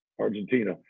Argentina